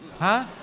huh?